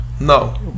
No